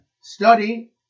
study